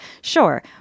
Sure